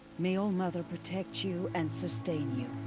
may all-mother protect you, and sustain you.